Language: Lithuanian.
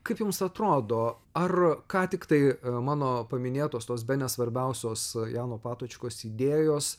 kaip jums atrodo ar ką tik tai mano paminėtos tos bene svarbiausios jano patočkos idėjos